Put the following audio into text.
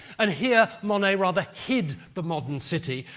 and here, monet rather hid the modern city,